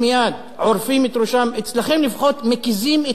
אצלכם לפחות מקיזים את הדם שלכם בהדרגה,